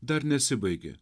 dar nesibaigė